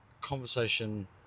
conversation